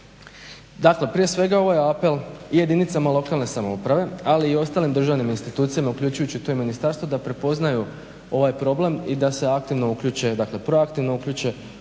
Dakle prije svega ovo je apel jedinicama lokalne samouprave ali i ostalim državnim institucijama uključujući tu i ministarstvo da prepoznaju ovaj problem i da se aktivno uključe